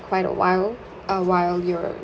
quite awhile uh while your